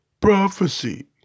prophecy